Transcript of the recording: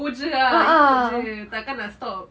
go jer ah ikut jer takkan nak stop